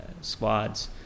squads